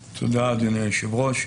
תודה, אדוני היושב-ראש.